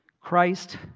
Christ